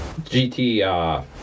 GT